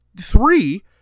three